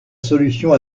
solution